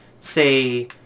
say